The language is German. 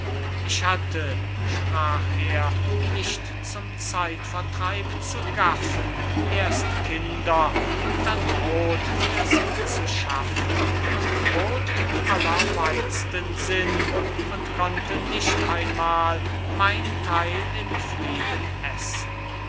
ich hatte sprach er nicht zum zeitvertreib zu gaffen erst kinder und dann brot für sie zu schaffen und brot im allerweit'sten sinn und konnte nicht einmal mein theil in frieden essen